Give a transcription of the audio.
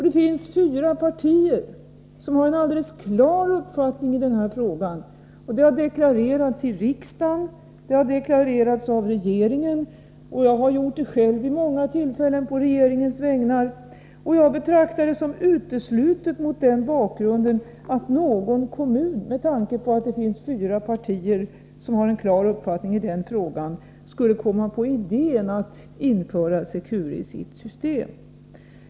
Det finns fyra partier som har en alldeles klar uppfattning i denna fråga. Det har deklarerats i riksdagen, det har deklarerats av regeringen, och jag har gjort det själv vid många tillfällen på regeringens vägnar. Jag betraktar det mot den bakgrunden, dvs. att det finns fyra partier som har en klar uppfattning i frågan, 'som uteslutet att någon kommun skulle komma på idén att införa Secure i sitt system.